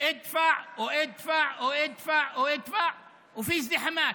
תשלם ותשלם ותשלם ותשלם, ויש פקקים.)